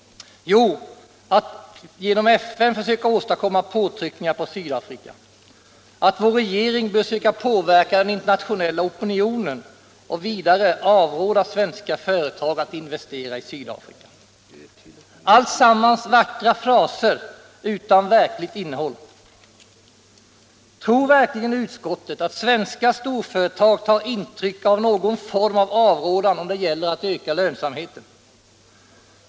Jo, att vi genom FN bör försöka åstadkomma påtryckningar på Sydafrika, att vår regering bör söka påverka den internationella opinionen och vidare avråda svenska företag att investera i Sydafrika. Alltsammans vackra fraser utan verkligt innehåll. Tror verkligen utskottet att svenska storföretag tar intryck av någon form av avrådan om det gäller att öka lönsamheten?